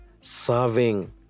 serving